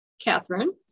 Catherine